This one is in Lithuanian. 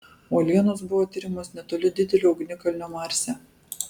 uolienos buvo tiriamos netoli didelio ugnikalnio marse